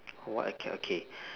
what I can okay